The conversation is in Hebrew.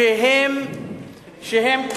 הם כולם מאתגרים.